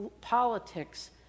politics